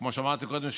כמו שאמרתי קודם,